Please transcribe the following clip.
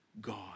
God